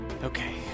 Okay